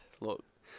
look